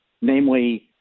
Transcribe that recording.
namely